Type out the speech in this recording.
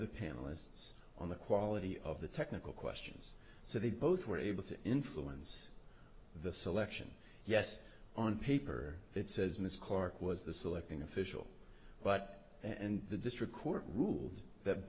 other panelists on the quality of the technical questions so they both were able to influence the selection yes on paper it says miss corke was the selecting official but and the district court ruled that